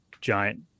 giant